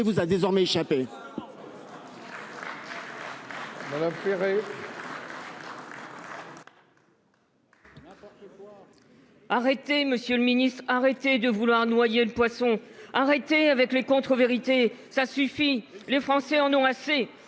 vous a désormais échapper.